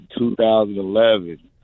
2011